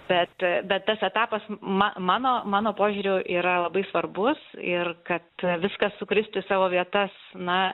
bet bet tas etapas ma mano mano požiūriu yra labai svarbus ir kad viskas sukristų į savo vietas na